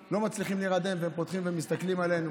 שלא מצליחים להירדם, והם פותחים ומסתכלים עלינו.